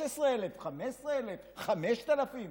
13,000, 15,000,